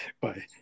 bye